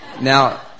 Now